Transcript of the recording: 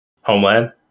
Homeland